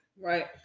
Right